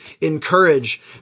encourage